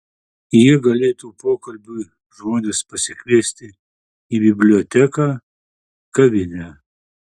jie galėtų pokalbiui žmones pasikviesti į biblioteką kavinę